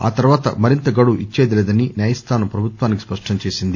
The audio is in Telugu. ఆ తర్పాత మరింత గడువు ఇచ్చేది లేదని న్యాయస్థానం ప్రభుత్వానికి స్పష్టం చేసింది